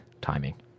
timing